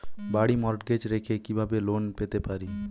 বাড়ি মর্টগেজ রেখে কিভাবে লোন পেতে পারি?